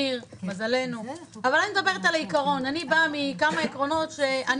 והוא מכיל את ההוראות כלשונן.